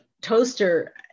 toaster